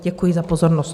Děkuji za pozornost.